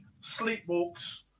sleepwalks